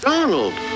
Donald